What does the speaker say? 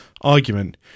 argument